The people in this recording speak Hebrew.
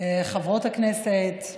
חברות הכנסת,